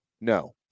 No